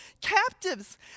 captives